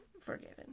forgiven